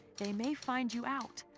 they may find you out.